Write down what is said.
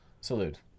Salute